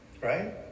right